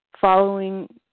following